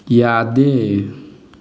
ꯌꯥꯗꯦ